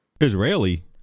Israeli